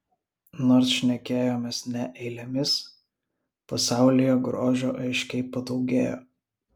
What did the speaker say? nors šnekėjomės ne eilėmis pasaulyje grožio aiškiai padaugėjo